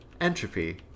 Entropy